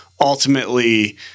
ultimately